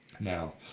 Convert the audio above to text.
now